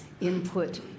input